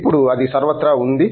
ఇప్పుడు అది సర్వత్రా ఉంది